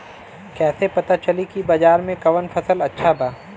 कैसे पता चली की बाजार में कवन फसल अच्छा बा?